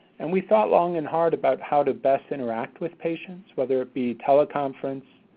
and we thought long and hard about how to best interact with patients, whether it be teleconference,